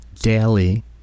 daily